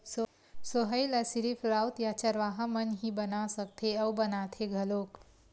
सोहई ल सिरिफ राउत या चरवाहा मन ही बना सकथे अउ बनाथे घलोक